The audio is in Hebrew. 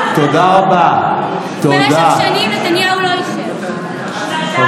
במשך שנים נתניהו לא אישר.) שנתיים.